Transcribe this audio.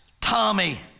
Tommy